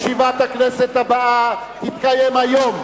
ישיבת הכנסת הבאה תתקיים היום,